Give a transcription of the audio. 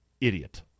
Idiot